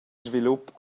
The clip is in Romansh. svilup